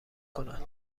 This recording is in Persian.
کنند